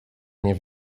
nie